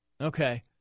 Okay